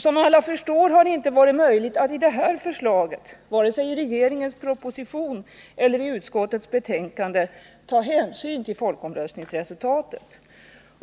Som alla förstår har det inte varit möjligt att i detta förslag, vare sig i regeringens proposition eller i utskottets betänkande, ta hänsyn till folkomröstningsresultatet.